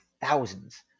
thousands